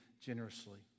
generously